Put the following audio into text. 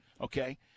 Okay